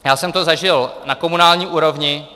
Já jsem to zažil na komunální úrovni.